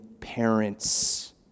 parents